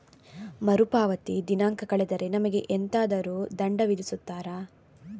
ಮರುಪಾವತಿ ದಿನಾಂಕ ಕಳೆದರೆ ನಮಗೆ ಎಂತಾದರು ದಂಡ ವಿಧಿಸುತ್ತಾರ?